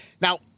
Now